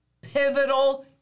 pivotal